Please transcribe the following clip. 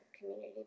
community